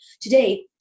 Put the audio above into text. Today